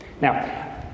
Now